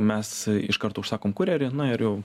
imes iš karto užsakom kurjerį na ir jau